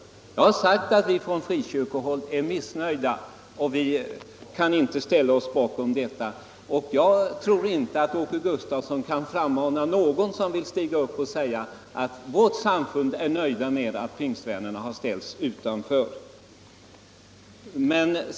Vad jag har sagt är att vi från frikyrkohåll är missnöjda och att vi inte kan ställa oss bakom detta förslag. Jag tror inte att Åke Gustavsson kan frammana någon som vill ställa sig upp och säga: Vi i vårt samfund är nöjda med att pingstvännerna har ställts utanför.